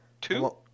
Two